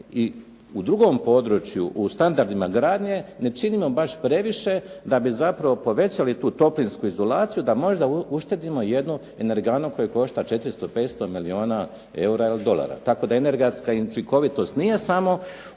i u drugom području u standardima gradnje ne činimo baš previše da bi zapravo povećali tu toplinsku izolaciju da možda uštedimo jednu energanu koja košta 400, 500 milijuna eura ili dolara. Tako da energetska učinkovitost nije samo